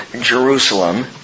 Jerusalem